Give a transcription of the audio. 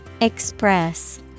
Express